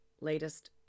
latest